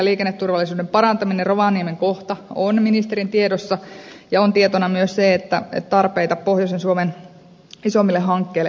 liikenneturvallisuuden parantaminen rovaniemen kohta on ministerin tiedossa ja on tietona myös se että tarpeita pohjoisen suomen isommille hankkeille on